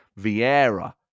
Vieira